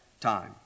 time